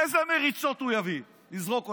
איזה מריצות הוא יביא כדי לזרוק אתכם?